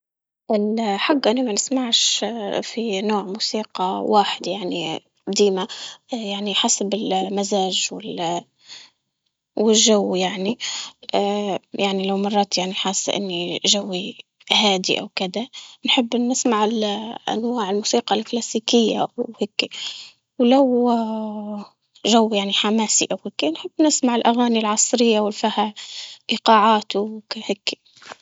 حق أنا ما نسمعش اه في نوع موسيقى واحد يعني قديمة اه يعني حسب المزاج والجو، يعني اه يعني لو مرات يعني حاسة إني جوي هادئ او كدا بحب نسمع أنواع الموسيقى الكلاسيكية وهيك، ولو آآ هو يعني حماسي أوكي نحب نسمع الأغاني العصرية إيقاعات